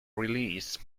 release